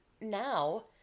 now